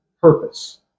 purpose